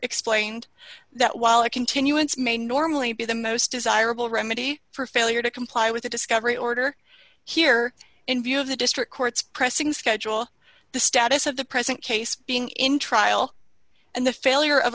explained that while a continuance may normally be the most desirable remedy for failure to comply with a discovery order here in view of the district court's pressing schedule the status of the present case being in trial and the failure of